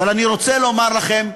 אבל אני רוצה לומר לכם: